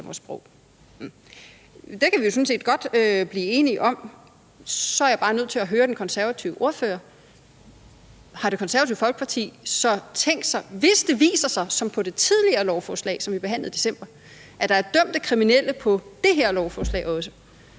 sådan set godt blive enige om. Så er jeg bare nødt til at høre den konservative ordfører: Hvis det viser sig, som der var på det tidligere lovforslag, som vi behandlede i december, at der også er dømte kriminelle på det her lovforslag,